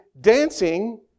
dancing